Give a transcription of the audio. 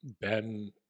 Ben